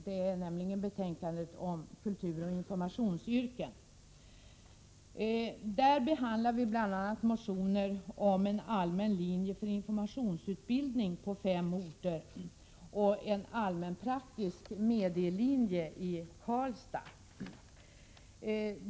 Det är betänkandet om kulturoch informationsyrken. I det betänkandet behandlar vi bl.a. motioner om en allmän linje för informationsutbildning på fem orter och en allmänpraktisk medielinje i Karlstad.